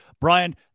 Brian